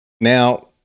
Now